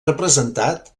representat